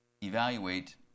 evaluate